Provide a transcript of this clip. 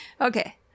Okay